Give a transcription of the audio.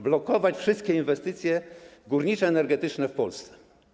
Blokować wszystkie inwestycje górniczo-energetyczne w Polsce.